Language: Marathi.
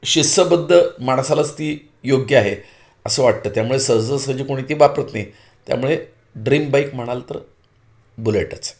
शिस्तबद्ध माणसालाच ती योग्य आहे असं वाटतं त्यामुळे सहजासहजी कोणी ती वापरत नाही त्यामुळे ड्रीम बाईक म्हणाल तर बुलेटच